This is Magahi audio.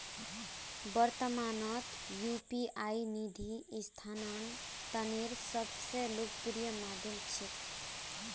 वर्त्तमानत यू.पी.आई निधि स्थानांतनेर सब स लोकप्रिय माध्यम छिके